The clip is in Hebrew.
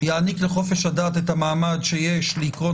יעניק לחופש הדת את המעמד שיש לעיקרון